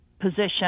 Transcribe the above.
position